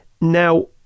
Now